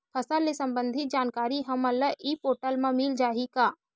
फसल ले सम्बंधित जानकारी हमन ल ई पोर्टल म मिल जाही का?